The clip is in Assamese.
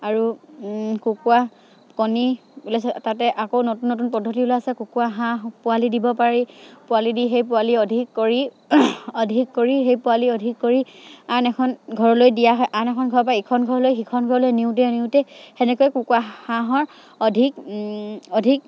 আৰু কুকুৰা কণী ওলাইছে তাতে আকৌ নতুন নতুন পদ্ধতি ওলাইছে কুকুৰা হাঁহ পোৱালি দিব পাৰি পোৱালি দি সেই পোৱালি অধিক কৰি অধিক কৰি সেই পোৱালি অধিক কৰি আন এখন ঘৰলৈ দিয়া হয় আন এখন ঘৰৰ পা ইখন ঘৰলৈ সিখন ঘৰলৈ নিওঁতে নিওঁতে তেনেকৈ কুকুৰা হাঁহৰ অধিক অধিক